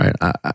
Right